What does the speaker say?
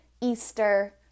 Easter